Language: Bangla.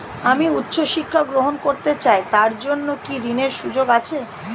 আমি উচ্চ শিক্ষা গ্রহণ করতে চাই তার জন্য কি ঋনের সুযোগ আছে?